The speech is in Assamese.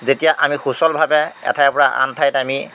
যেতিয়া আমি সুচলভাৱে এঠাইৰপৰা আন ঠাইত আমি